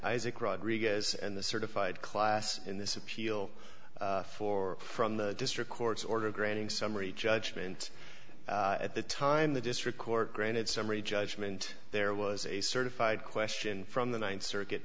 isaac rodriguez and the certified class in this appeal for from the district court's order granting summary judgment at the time the district court granted summary judgment there was a certified question from the th circuit